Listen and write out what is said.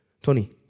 Tony